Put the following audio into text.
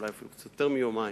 אולי אפילו קצת יותר מיומיים.